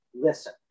Listen